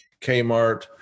Kmart